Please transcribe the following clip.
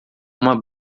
uma